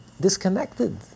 disconnected